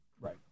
Right